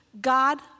God